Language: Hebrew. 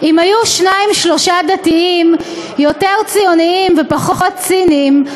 אם היו שניים-שלושה דתיים יותר ציוניים ופחות ציניים,